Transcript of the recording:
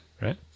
Right